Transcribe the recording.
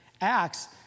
Acts